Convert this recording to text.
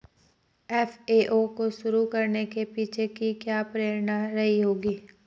FAO को शुरू करने के पीछे की क्या प्रेरणा रही होगी?